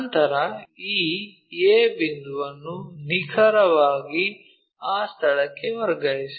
ನಂತರ ಈ a ಬಿಂದುವನ್ನು ನಿಖರವಾಗಿ ಆ ಸ್ಥಳಕ್ಕೆ ವರ್ಗಾಯಿಸಿ